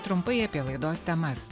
trumpai apie laidos temas